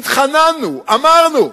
התחננו, אמרנו,